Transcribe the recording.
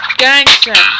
gangster